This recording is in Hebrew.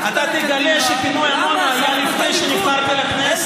אתה תגלה שפינוי עמונה, למה הלכת לקדימה?